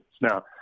Now